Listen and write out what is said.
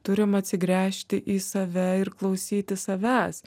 turim atsigręžti į save ir klausytis savęs